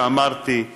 שאמרתי,